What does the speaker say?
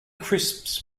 crisps